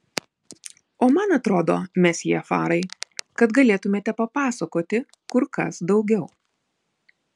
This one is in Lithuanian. o man atrodo mesjė farai kad galėtumėte papasakoti kur kas daugiau